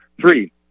Three